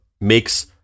makes